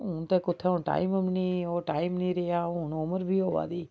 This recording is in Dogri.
हुन ते कुत्थै हुन टाइम बी नेईं ओह् टाइम निं रेहा हुन उमर बी होआ दी